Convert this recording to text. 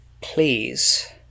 Please